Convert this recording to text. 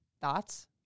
thoughts